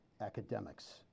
academics